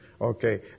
Okay